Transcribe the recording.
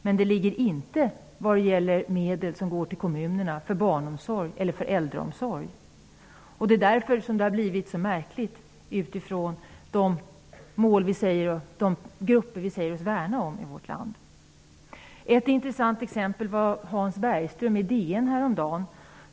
Vi vill däremot inte se nedskärningar av de medel som går till barnomsorg eller äldreomsorg i kommunerna. Att nedskärningar ändå drabbar dessa grupper gör att det blir mycket märkligt då vi säger att detta är grupper i vårt land som vi värnar om. Ett intressant exempel var vad Hans Bergström skrev i DN häromdagen.